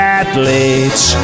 athletes